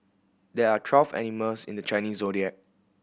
there are twelve animals in the Chinese Zodiac